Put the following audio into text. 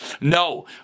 No